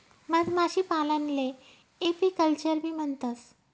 मधमाशीपालनले एपीकल्चरबी म्हणतंस